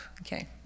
Okay